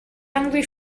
hungry